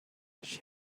she